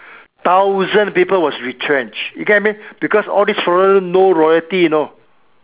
thousands people was retrenched you get what I mean because all these foreigner no loyalty you know